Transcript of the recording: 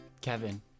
Kevin